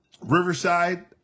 riverside